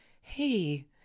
hey